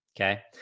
Okay